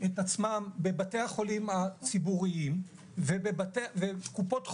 את עצמם בבתי החולים הציבוריים וקופות החולים,